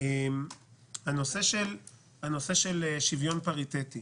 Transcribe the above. בנושא שוויון פריטטי